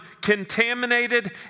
contaminated